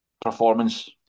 performance